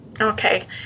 Okay